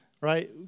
Right